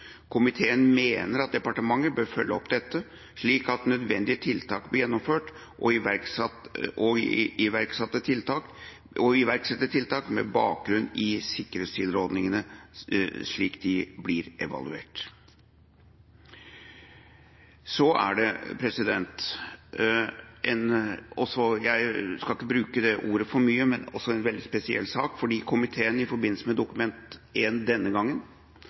Komiteen mener at departementet bør følge opp dette, slik at nødvendige tiltak blir gjennomført og iverksatte tiltak med bakgrunn i sikkerhetstilrådningene blir evaluert. Det er også – og nå skal jeg ikke bruke det ordet for mye – en veldig spesiell sak, fordi komiteen i forbindelse med Dokument 1 denne gangen